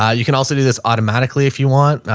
ah you can also do this automatically if you want.